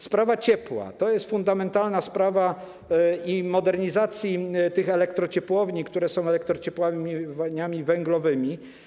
Sprawa ciepła - to jest fundamentalna sprawa - i modernizacji tych elektrociepłowni, które są elektrociepłowniami węglowymi.